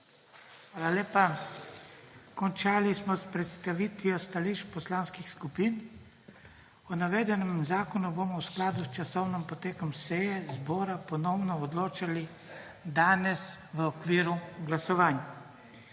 Hvala lepa. Končali smo s predstavitvijo stališč poslanskih skupin. O navedenem zakonu bomo v skladu s časovnim potekom seje zbora ponovno odločali danes v okviru glasovanj.